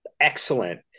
excellent